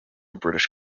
british